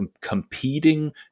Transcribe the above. competing